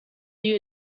need